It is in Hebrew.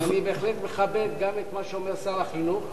אני בהחלט מכבד גם את מה שאומר שר החינוך,